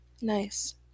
Nice